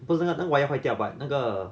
不是那个那个 wire 坏掉 but 那个